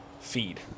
feed